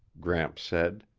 gramps said.